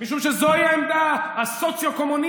משום שזוהי העמדה הסוציו-קומוניסטית.